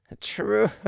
true